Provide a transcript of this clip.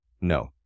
No